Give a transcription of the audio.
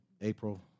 April